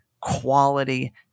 quality